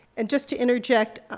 and just to interject,